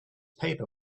paper